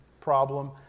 problem